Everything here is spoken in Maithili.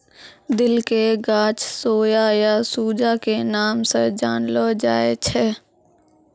दिल के गाछ सोया या सूजा के नाम स जानलो जाय छै